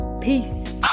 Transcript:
peace